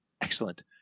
Excellent